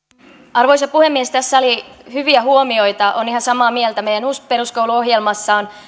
arvoisa puhemies tässä oli hyviä huomioita olen ihan samaa mieltä meidän uusi peruskoulu ohjelmassa on